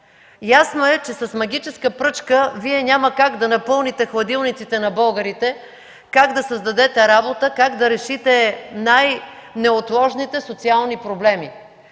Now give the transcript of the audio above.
Ясно е, че с магическа пръчка няма как да напълните хладилниците на българите, как да създадете работа, как да решите най-неотложните социални проблеми.